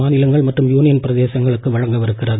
மாநிலங்கள் மற்றும் யூனியன் பிரதேங்களுக்கு வழங்க உள்ளது